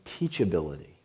teachability